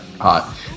hot